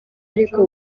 ariko